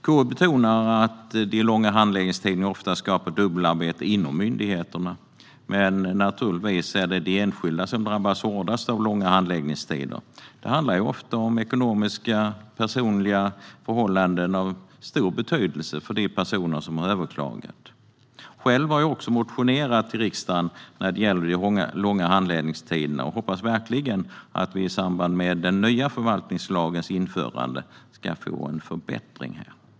KU betonar att de långa handläggningstiderna ofta skapar dubbelarbete inom myndigheterna, men att det naturligtvis är de enskilda som drabbas hårdast av långa handläggningstider. Det handlar ofta om ekonomiska och personliga förhållanden av stor betydelse för de personer som har överklagat. Själv har jag också motionerat till riksdagen om de långa handläggningstiderna och hoppas verkligen att det i samband med den nya förvaltningslagens införande ska ske en förbättring.